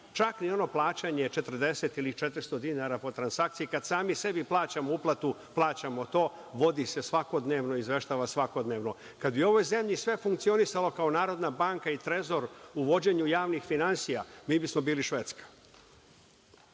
čak ni ono plaćanje 40 ili 400 dinara po transakciji. Kada sami sebi plaćamo uplatu, plaćamo to, vodi se svakodnevno, izveštava se svakodnevno. Kada bi u ovoj zemlji sve funkcionisalo kao NBS i Trezor u vođenju javnih finansija, mi bismo bili Švedska. Šta